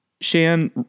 Shan